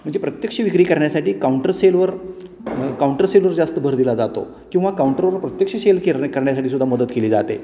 म्हणजे प्रत्यक्ष विक्री करण्यासाटी काउंटर सेलवर काउंटर सेलवर जास्त भर दिला जातो किंवा काउंटरवर प्रत्यक्ष शेल के करण्यासाठी सुद्धा मदत केली जाते